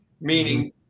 meaning